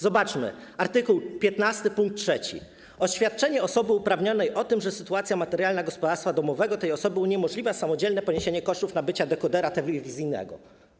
Zobaczmy art. 15 pkt 3: oświadczenie osoby uprawnionej o tym, że sytuacja materialna gospodarstwa domowego tej osoby uniemożliwia samodzielne poniesienie kosztów nabycia dekodera telewizyjnego.